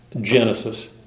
Genesis